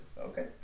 Okay